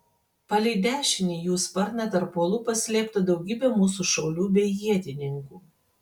palei dešinį jų sparną tarp uolų paslėpta daugybė mūsų šaulių bei ietininkų